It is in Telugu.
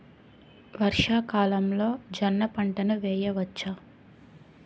వర్షాకాలంలో జోన్న పంటను వేయవచ్చా?